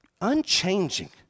unchanging